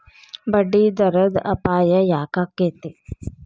ಬಡ್ಡಿದರದ್ ಅಪಾಯ ಯಾಕಾಕ್ಕೇತಿ?